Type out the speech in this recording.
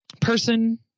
Person